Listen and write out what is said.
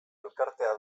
elkartea